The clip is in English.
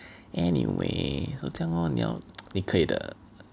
anyway so 这样 lor 你要你可以的